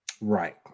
Right